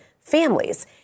families